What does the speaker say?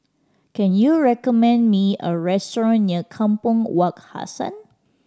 can you recommend me a restaurant near Kampong Wak Hassan